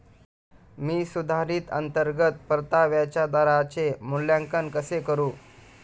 मी सुधारित अंतर्गत परताव्याच्या दराचे मूल्यांकन कसे करू?